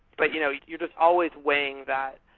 but you know you're just always weighing that,